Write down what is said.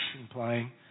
implying